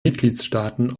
mitgliedstaaten